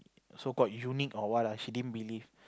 so called unique or what she didn't believe